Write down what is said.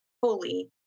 fully